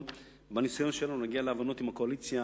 בניסיון שלנו להגיע להבנות עם הקואליציה